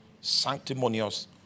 sanctimonious